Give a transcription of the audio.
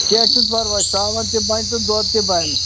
کیٚنٛہہ چھُنہٕ پَرواے ژامَن تہِ بَنہِ تہٕ دۄد تہِ بَنہِ